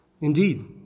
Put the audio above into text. Indeed